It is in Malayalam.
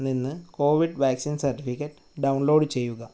നിന്ന് കോവിഡ് വാക്സിൻ സർട്ടിഫിക്കെറ്റ് ഡൗൺലോഡ് ചെയ്യുക